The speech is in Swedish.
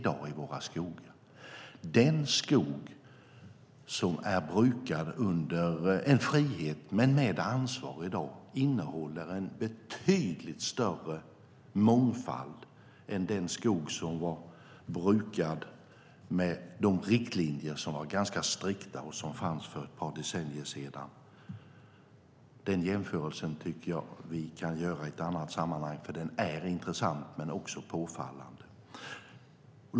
Den skog som är brukad i frihet under ansvar innehåller betydligt större mångfald än den skog som brukades med de strikta riktlinjer vi hade för ett par decennier sedan. Den jämförelsen är intressant och påfallande.